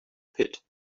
pit